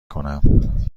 کنم